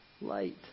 light